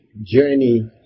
journey